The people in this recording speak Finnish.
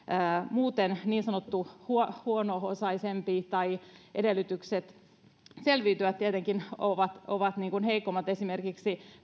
muuten niin sanottu huono huono osaisempi tai jolla edellytykset selviytyä ovat ovat heikommat esimerkiksi